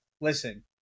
Listen